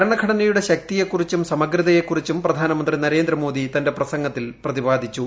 ഭരണഘടനയുടെ ശക്തിയെക്കുറിച്ചും സമഗ്രതയെക്കുറിച്ചും പ്രധാനമന്ത്രി നരേന്ദ്രമോദി തന്റെ പ്രസ്ംഗത്തിൽ പ്രതിപാദിച്ചു